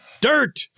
Dirt